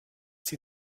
see